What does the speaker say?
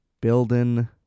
Building